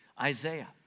Isaiah